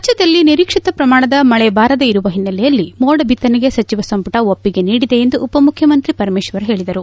ರಾಜ್ಞದಲ್ಲಿ ನಿರೀಕ್ಷಿತ ಪ್ರಮಾಣದ ಮಳೆ ಬಾರದೆ ಇರುವ ಹಿನ್ನೆಲೆಯಲ್ಲಿ ಮೋಡ ಬಿತ್ತನೆಗೆ ಸಚಿವ ಸಂಪುಟ ಒಪ್ಪಿಗೆ ನೀಡಿದೆ ಎಂದು ಉಪಮುಖ್ಯಮಂತ್ರಿ ಪರಮೇಶ್ವರ್ ಹೇಳಿದರು